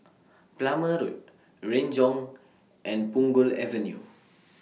Plumer Road Renjong and Punggol Avenue